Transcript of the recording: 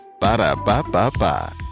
Ba-da-ba-ba-ba